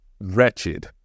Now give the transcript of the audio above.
wretched